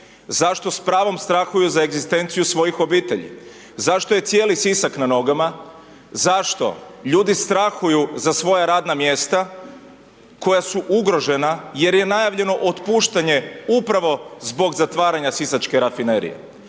Zašto s pravom strahuju za egzistenciju svojih obitelji? Zašto je cijeli Sisak na nogama? Zašto ljudi strahuju za svoja radna mjesta koja su ugrožena jer je najavljeno otpuštanje upravo zbog zatvaranja sisačke rafinerije?